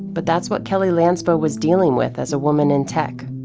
but that's what kelly lanspa was dealing with as a woman in tech.